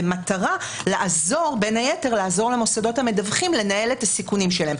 במטרה בין היתר לעזור למוסדות המדווחים לנהל את הסיכונים שלהם.